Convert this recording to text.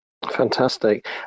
Fantastic